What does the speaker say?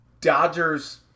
Dodgers